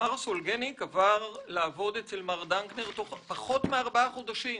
מר סולגניק עבר לעבוד אצל מר דנקנר תוך פחות מארבעה חודשים